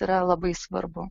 yra labai svarbu